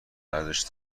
ارزش